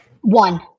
One